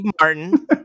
Martin